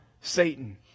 Satan